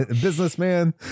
Businessman